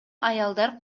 аялдар